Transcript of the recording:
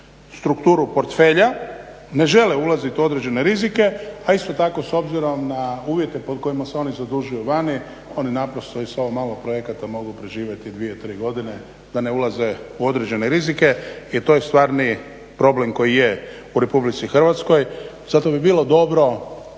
strukturu portfelja ne žele ulazit u određene rizike, a isto tako s obzirom na uvjete pod kojima se oni zadužuju vani oni naprosto i sa ovo malo projekata mogu preživjeti dvije, tri godine da ne ulaze u određene rizike i to je stvarni problem koji je u Republici Hrvatskoj. Zato bi bilo dobro